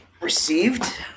received